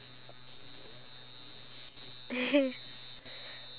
right I feel that's very impressive